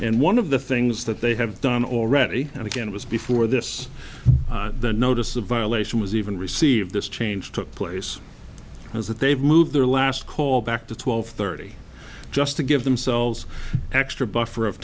and one of the things that they have done already and again was before this the notice of violation was even receive this change took place was that they've moved their last call back to twelve thirty just to give themselves extra buffer of